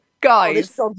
guys